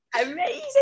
amazing